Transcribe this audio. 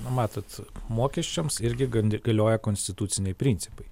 matot mokesčiams irgi gali galioja konstituciniai principai